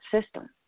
system